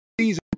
season